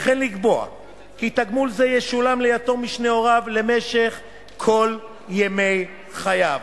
וכן לקבוע כי תגמול זה ישולם ליתום משני הוריו למשך כל ימי חייו.